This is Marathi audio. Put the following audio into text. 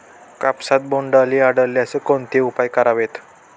कापसात बोंडअळी आढळल्यास कोणते उपाय करावेत?